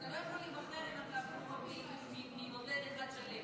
אתה לא יכול להיבחר אם אתה פחות ממודד אחד שלם,